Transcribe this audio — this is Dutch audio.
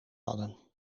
hadden